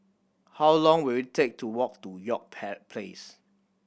how long will it take to walk to York Place